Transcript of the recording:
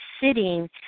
sitting